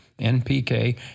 NPK